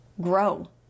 grow